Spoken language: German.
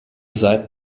seid